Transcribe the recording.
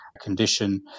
condition